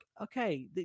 okay